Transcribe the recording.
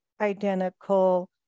identical